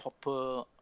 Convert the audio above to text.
proper